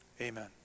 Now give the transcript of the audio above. Amen